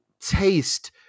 taste